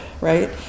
right